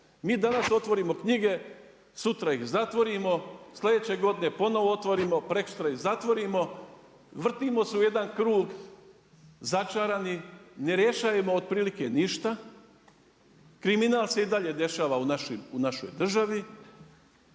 Mi danas otvorimo knjige, sutra ih zatvorimo, sljedeće godine ponovno otvorimo, preksutra ih zatvorimo. Vrtimo se u jedan krug začarani, ne rješavamo otprilike ništa, kriminal se i dalje dešava u našoj državi,